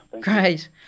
Great